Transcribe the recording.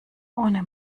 ohne